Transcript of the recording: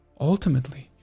ultimately